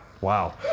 Wow